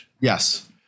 yes